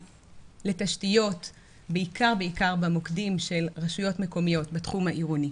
לתשתיות בעיקר במוקדים של רשויות מקומיות בתחום העירוני.